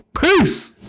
peace